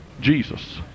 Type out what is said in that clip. Jesus